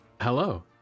hello